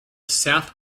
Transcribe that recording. south